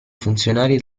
funzionari